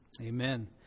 Amen